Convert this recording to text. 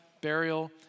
burial